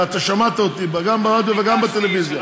ואתה שמעת אותי, גם ברדיו וגם בטלוויזיה.